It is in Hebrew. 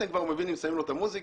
כבר הוא מבין אם שמים לו את המוסיקה.